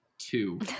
two